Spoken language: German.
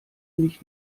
nicht